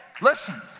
Listen